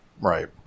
Right